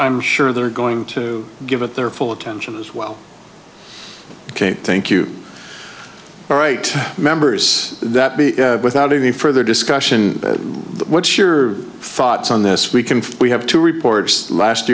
i'm sure they're going to give it their full attention as well ok thank you all right members that b without any further discussion what's your thoughts on this we can we have two reports last